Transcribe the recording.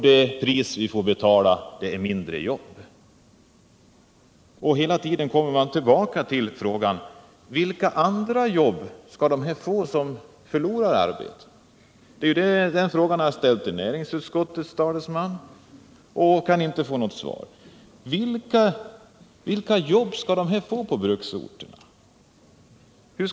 Det pris vi får betala är mindre jobb. Hela tiden får vi återkomma till frågan: Vilka andra jobb får de människor som förlorar sitt arbete? Näringsutskottets talesman, som jag tidigare frågat om detta, kan inte ge något svar.